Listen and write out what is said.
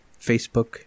Facebook